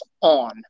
on